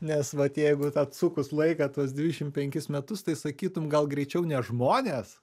nes vat jeigu atsukus laiką tuos dvidešimt penkis metus tai sakytum gal greičiau ne žmonės